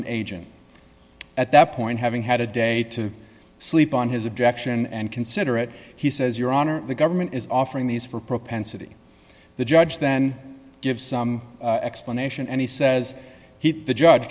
an agent at that point having had a day to sleep on his objection and consider it he says your honor the government is offering these for propensity the judge then give some explanation and he says he the judge